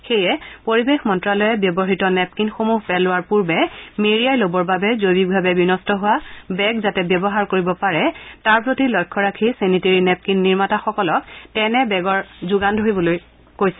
সেয়ে পৰিবেশ মন্ত্যালয়ে ব্যৱহৃত নেপকিনসমূহ পেলোৱাৰ পূৰ্বে মেৰিয়াই লবৰ বাবে জৈৱিকবাৱে বিনিষ্ট হোৱা বেগ যাতে ব্যৱহাৰ কৰিব পাৰে তাৰ প্ৰতি লক্ষ্য ৰাখি চেনিটেৰী নেপকিন নিৰ্মাতাসকলক তেনে বেগৰ যোগান ধৰিবলৈ কোৱা হৈছে